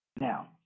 Now